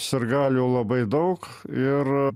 sirgalių labai daug ir